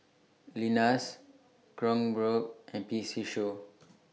Lenas Kronenbourg and P C Show